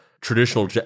traditional